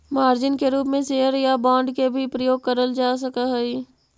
margin के रूप में शेयर या बांड के भी प्रयोग करल जा सकऽ हई